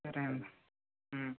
సరే అండి